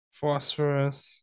phosphorus